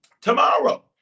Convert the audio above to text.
Tomorrow